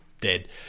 dead